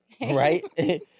right